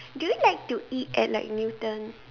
do you like to eat at like Newton